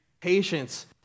patience